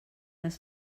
les